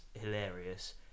hilarious